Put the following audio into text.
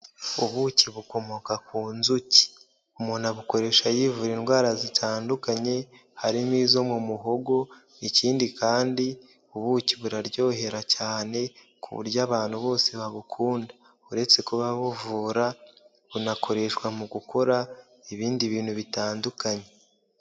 Ubuki bukomoka ku nzuki, umuntu abukoresha yivura indwara zitandukanye harimo izo mu muhogo, ikindi kandi ubuki buraryohera cyane ku buryo abantu bose babukunda, uretse kuba buvura bunakoreshwa mugu gukora ibindi bintu bitandukanye.